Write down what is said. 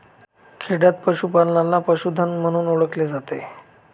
खेडयांत पशूपालनाला पशुधन म्हणून ओळखले जाते